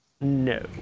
No